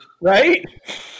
Right